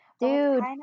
Dude